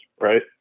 right